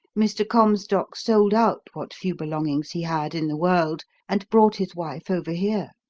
mr. comstock sold out what few belongings he had in the world and brought his wife over here.